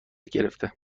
گرفته